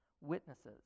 witnesses